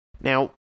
Now